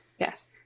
Yes